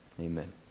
amen